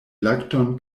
lakton